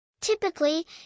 Typically